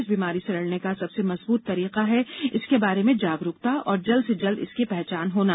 इस बीमारी से लड़ने का सबसे मजबूत तरीका है इसके बारे में जागरुकता और जल्द से जल्द इसकी पहचान होना